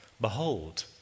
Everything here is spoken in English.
Behold